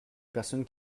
personnes